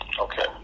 Okay